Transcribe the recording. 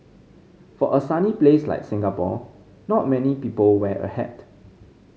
for a sunny place like Singapore not many people wear a hat